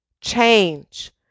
change